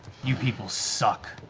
you people suck.